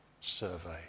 survey